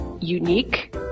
unique